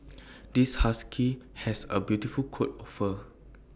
this husky has A beautiful coat of fur